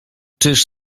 czyż